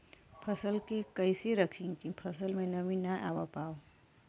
फसल के कैसे रखे की फसल में नमी ना आवा पाव?